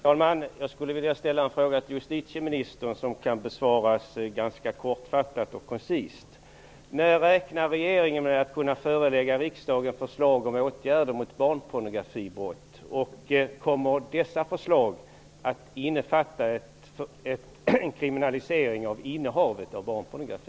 Herr talman! Jag vill ställa en fråga till justitieministern, som kan besvaras ganska kortfattat och koncist. När räknar regeringen med att kunna förelägga riksdagen förslag om åtgärder mot barnpornografibrott? Kommer dessa förslag att innefatta en kriminalisering av innehav av barnpornografi?